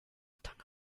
tongue